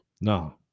No